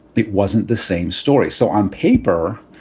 it wasn't the same story. so on paper